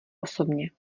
osobně